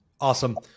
Awesome